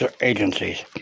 agencies